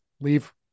leave